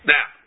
Now